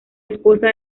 esposa